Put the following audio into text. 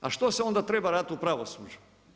A što se onda treba raditi u pravosuđu?